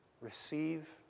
receive